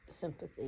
sympathy